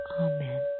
Amen